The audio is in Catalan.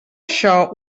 això